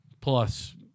Plus